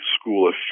school